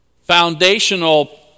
foundational